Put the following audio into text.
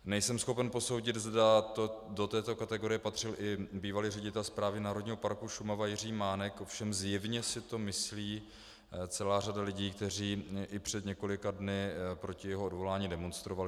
Nejsem schopen posoudit, zda do této kategorie patřil i bývalý ředitel správy Národního parku Šumava Jiří Mánek, ovšem zjevně si to myslí celá řada lidí, kteří i před několika dny proti jeho odvolání demonstrovali.